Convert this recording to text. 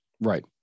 Right